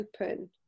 open